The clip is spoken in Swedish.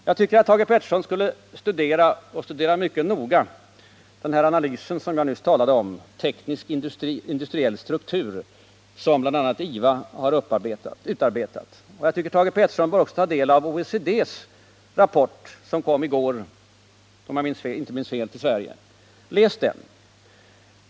Jag tycker att Thage Peterson skulle studera — och studera mycket noga — den analys som jag nyss talade om, Teknisk industriell struktur, som bl.a. IVA har utarbetat. Och jag tycker att Thage Peterson också bör ta del av OECD:s rapport — som kom till Sverige i går, om jag inte minns fel. Läs den!